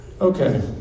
Okay